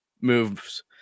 moves